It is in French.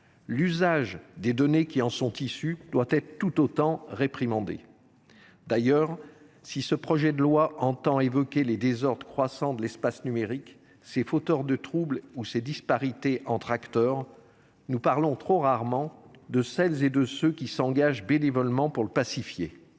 l’usage des données qui en sont issues doit tout autant être réprimé. D’ailleurs, si le Gouvernement entend évoquer dans ce projet de loi les désordres croissants de l’espace numérique, ses fauteurs de troubles ou ses disparités entre acteurs, il parle trop rarement de celles et de ceux qui s’engagent bénévolement pour le pacifier.